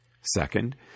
Second